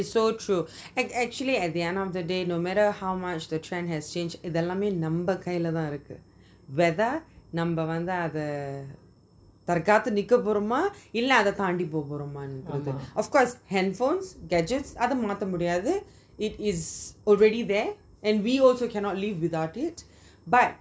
it is so true act~ actually at the end of the day no matter how much the trend has changed இது எல்லாமே நம்ம கைல தான் இருக்கு நம்ம வந்து அத தற்காத்து நிற்க போறோமா இல்ல அத தண்டி போ போன்றோரது நம்ம கைல தான் இருக்கு:ithu ellamey namma kaila thaan iruku namma vanthu atha tharkaathu nirka poroma illa atha thandi po poromarathu namma kaila thaan iruku of course handphones gadgets அத மத்த முடியாது:atha maatha mudiyathu it is already there and we also cannot live without it but